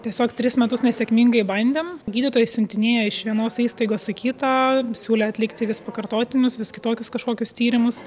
tiesiog tris metus nesėkmingai bandėm gydytojai siuntinėjo iš vienos įstaigos į kitą siūlė atlikti vis pakartotinius vis kitokius kažkokius tyrimus